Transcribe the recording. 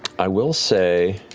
i will say